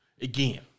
Again